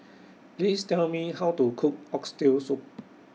Please Tell Me How to Cook Oxtail Soup